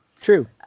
True